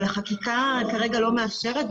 אבל החקיקה כרגע לא מאפשרת.